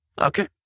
Okay